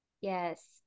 Yes